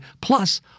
plus